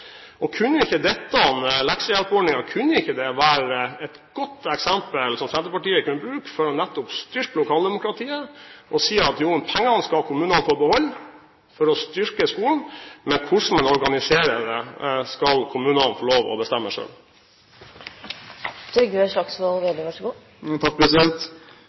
ønsket. Kunne ikke leksehjelpordningen være et godt eksempel som Senterpartiet kunne bruke til nettopp å styrke lokaldemokratiet, ved å si at pengene skal kommunene få beholde for å styrke skolen, men hvordan man organiserer det, skal kommunene få lov til å bestemme